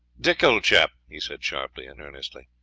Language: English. dick, old chap, he said sharply and earnestly.